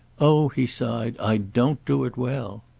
oh, he sighed, i don't do it well!